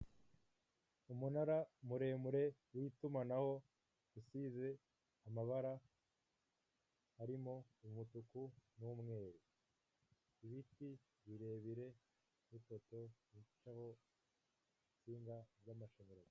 Umunara muremure w'itumanaho usize amabara harimo umutuku n'umweru, ibiti birebire bitoshye, n'insinga z'amashanyarazi.